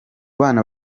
bana